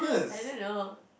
I don't know